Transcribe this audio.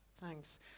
Thanks